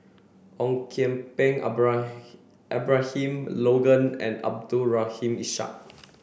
Ong Kian Peng Abra Abraham Logan and Abdul Rahim Ishak